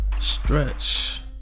Stretch